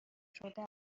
شده